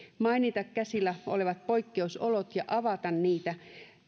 mainita käsillä olevat poikkeusolot ja avata niitä